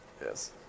Yes